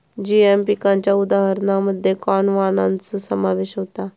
GM पिकांच्या उदाहरणांमध्ये corn वाणांचो समावेश होता